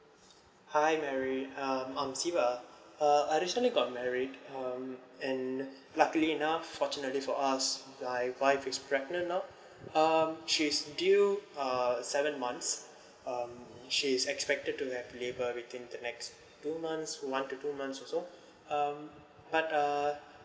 hi mary um I'm siva uh I recently got married um and luckily enough fortunately for us my wife is pregnant now um she's due uh seven months um she's expected to have labor within the next two months one to two months so um but uh